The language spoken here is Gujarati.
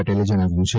પટેલે જણાવ્યું છે